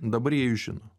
dabar jie jus žino